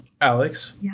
Alex